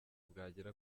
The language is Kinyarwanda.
bwagera